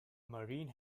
marine